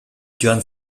joan